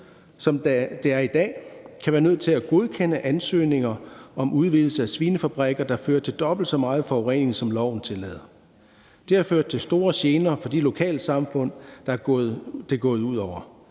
som det er i dag, kan være nødt til at godkende ansøgninger om udvidelse af svinefabrikker, der fører til dobbelt så meget forurening, som loven tillader. Det har ført til store gener for de lokalsamfund, det er gået ud over.